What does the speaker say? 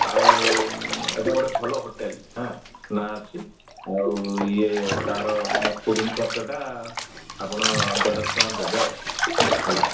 ଆଉ ଏଠି ଗୋଟେ ଭଲ ହୋଟେଲ୍ ହାଁ ନାଁ ଅଛି ଆଉ ଇଏ ତାର ଫୁଡିଂ ଖର୍ଚ୍ଚଟା ଆପଣ ଦେଢ଼ଶହ ଟଙ୍କା ଦେବେ ଆଉ ହେଲା